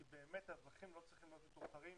כי באמת האזרחים לא צריכים להיות מטורטרים,